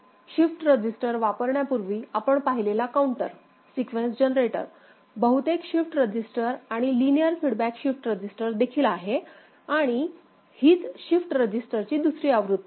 shift register वापरण्यापूर्वी आपण पाहिलेला काउंटर सीक्वेन्स जनरेटर बहुतेक शिफ्ट रजिस्टर आणि लिनियर फीडबॅक शिफ्ट रजिस्टर देखील आहे आणि हीच शिफ्ट रजिस्टरची दुसरी आवृत्ती आहे